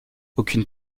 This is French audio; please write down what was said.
aucune